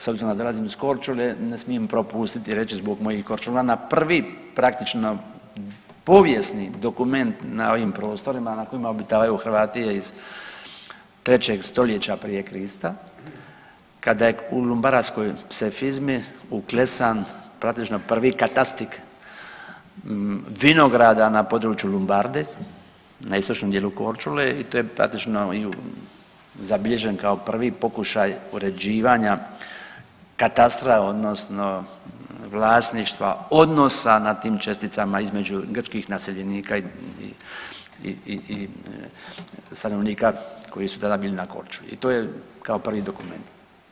S obzirom da dolazim iz Korčule ne smijem propustiti reći zbog mojih Korčulana, prvi praktično povijesni dokument na ovim prostorima na kojim obitavaju Hrvati je iz 3. Stoljeća prije Krista kada je u Lumbardskoj psefizmi uklesan praktično prvi katastik vinograda na području Lumbarde, na istočnom dijelu Korčule i to je praktično i zabilježen kao prvi pokušaj uređivanja katastra odnosno vlasništva odnosa na tim česticama između grčkih naseljenika i stanovnika koji su tada bili na Korčuli i to je kao prvi dokument.